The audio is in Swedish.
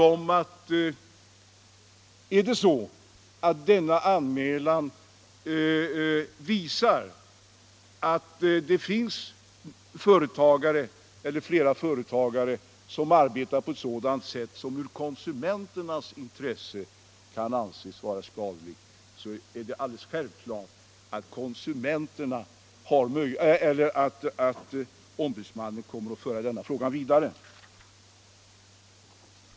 Om en sådan anmälan visar att en eller flera företagare arbetar på ett sätt som ur konsumenternas synpunkt kan anses vara skadligt är jag övertygad om att konsumentombudsmannen kommer att föra frågan vidare.